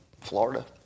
Florida